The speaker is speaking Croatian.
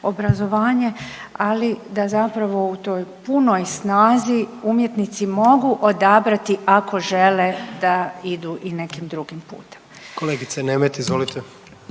ali da zapravo u toj punoj snazi umjetnici mogu odabrati, ako žele da idu i nekim drugim putem. **Jandroković, Gordan